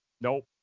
Nope